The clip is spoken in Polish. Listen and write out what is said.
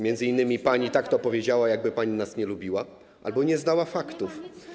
M.in. pani tak to powiedziała, jakby pani nas nie lubiła albo nie znała faktów.